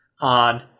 on